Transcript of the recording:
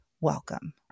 welcome